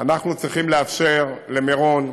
אנחנו צריכים לאפשר למירון.